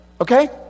okay